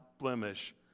blemish